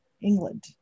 England